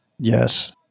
Yes